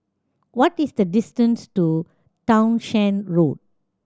what is the distance to Townshend Road